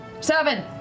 seven